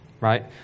right